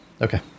Okay